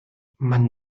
man